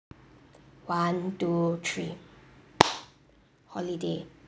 one two three holiday